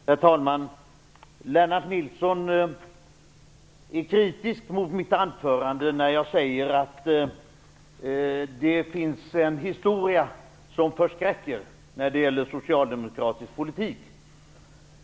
Herr talman! Lennart Nilsson är kritisk mot mitt anförande, mot att jag sade att det finns en historia som förskräcker när det gäller socialdemokratisk politik.